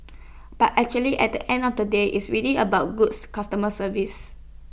but actually at the end of the day it's really about goods customer service